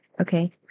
Okay